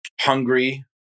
hungry